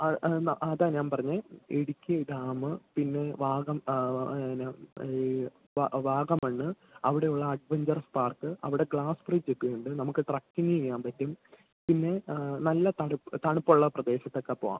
അതാ ഞാൻ പറഞ്ഞത് ഇടുക്കി ഡാം പിന്നെ ആ എന്നാ ഈ വ വാഗമണ്ണ് അവിടെയുള്ള അഡ്വഞ്ചർ പാർക്ക് അവിടെ ഗ്ലാസ് ബ്രിഡ്ജൊക്കെയുണ്ട് നമുക്ക് ട്രക്കിങ്ങ് ചെയ്യാൻ പറ്റും പിന്നെ ആ നല്ല തണു തണുപ്പുള്ള പ്രദേശത്തൊക്കെ പോവാം